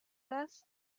das